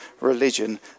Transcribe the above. religion